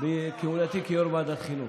בכהונתי כיו"ר ועדת החינוך,